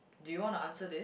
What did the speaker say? do you want to answer this